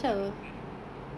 macam mana nak angkat though